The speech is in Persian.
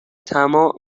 طماع